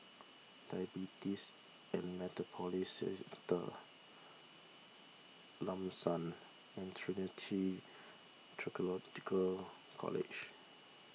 Diabetes and Metabolism Centre Lam San and Trinity theological College